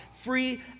free